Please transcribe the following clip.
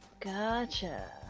Gotcha